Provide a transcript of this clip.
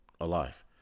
alive